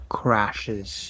crashes